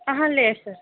అహ లేదు సార్